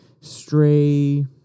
Stray